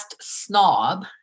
snob